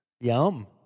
Yum